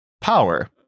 Power